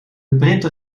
printer